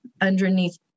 underneath